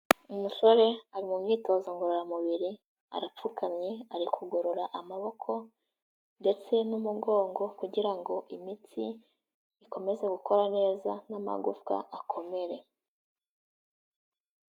Umusore ari mu myitozo ngororamubiri, arapfukamye, ari kugorora amaboko ndetse n'umugongo kugira ngo imitsi, ikomeze gukora neza n'amagufwa akomere.